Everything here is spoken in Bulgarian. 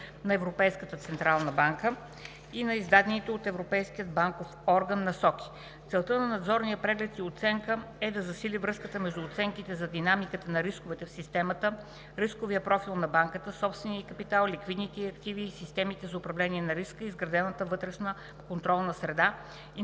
на Европейската централна банка и на издадените от Европейския банков орган насоки. Целта на надзорния преглед и оценка е да засили връзката между оценките за динамиката на рисковете в системата, рисковия профил на банката, собствения ѝ капитал, ликвидните ѝ активи и системите за управление на риска и изградената вътрешна контролна среда и